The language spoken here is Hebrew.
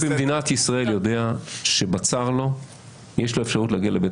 אזרח במדינת ישראל יודע שבצר לו יש לו האפשרות להגיע לבית